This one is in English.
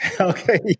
Okay